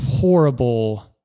horrible